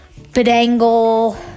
bedangle